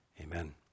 Amen